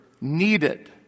needed